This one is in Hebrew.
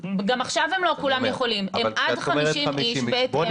הם מסמנים לי שלדעתם